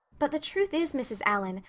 but the truth is, mrs. allan,